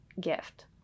gift